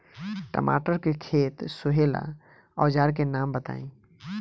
टमाटर के खेत सोहेला औजर के नाम बताई?